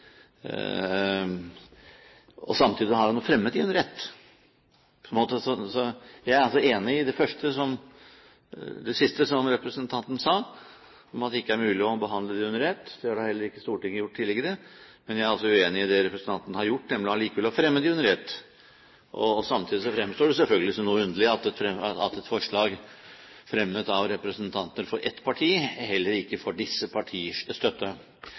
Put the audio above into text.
Samtidig har han jo fremmet dem under ett, på en måte. Jeg er altså enig i det siste som representanten sa, om at det ikke er mulig å behandle dem under ett – det har da heller ikke Stortinget gjort tidligere – men jeg er uenig i det representanten har gjort, nemlig allikevel å fremme dem under ett. Samtidig fremstår det selvfølgelig som noe underlig at et forslag som er fremmet av representanter for ett parti, heller ikke får disse partiers støtte.